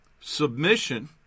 Submission